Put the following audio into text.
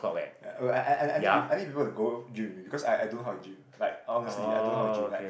uh I I I I need I need people to go gym with me cause I I don't know how to gym like honestly I don't know how to gym like